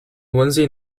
wednesday